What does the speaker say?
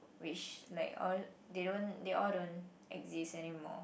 which like all they don't they all don't exist anymore